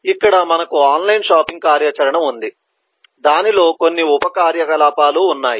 కాబట్టి ఇక్కడ మనకు ఆన్లైన్ షాపింగ్ కార్యాచరణ ఉంది దానిలో కొన్ని ఉప కార్యకలాపాలు ఉన్నాయి